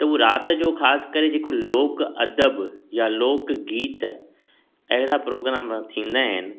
त हू राति जो ख़ासि करे जेको लोक अदब या लोक गीत अहिड़ा प्रोग्राम थींदा आहिनि